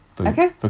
Okay